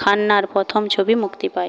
খান্নার প্রথম ছবি মুক্তি পায়